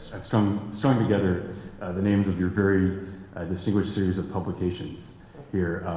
i've strung so and together the names of your very distinguished series of publications here.